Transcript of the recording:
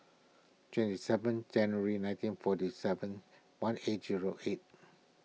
twenty seven January nineteen forty seven one eight zero eight